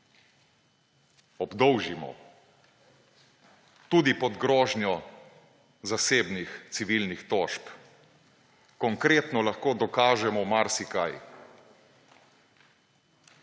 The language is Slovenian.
obdolžimo tudi pod grožnjo zasebnih civilnih tožb. Konkretno lahko dokažemo marsikaj